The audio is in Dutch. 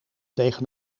tegen